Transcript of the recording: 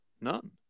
None